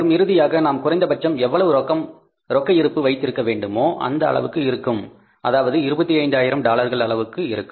மற்றும் இறுதியாக நாம் குறைந்தபட்சம் எவ்வளவு ரொக்க இருப்பு வைத்திருக்க வேண்டுமோ அந்த அளவுக்கு இருக்கும் அதாவது 25000 டாலர்கள் அளவுக்கு இருக்கும்